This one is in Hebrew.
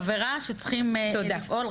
חברה שצריכים לפעול,